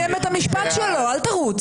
אני צריכה לרוץ עם המספרים, בעד,